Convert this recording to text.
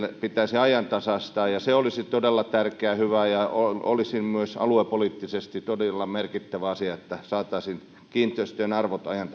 pitäisi ajantasaistaa ja se olisi todella tärkeä ja hyvä ja olisi myös aluepoliittisesti todella merkittävä asia että saataisiin kiinteistöjen arvot ajan